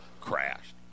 crashed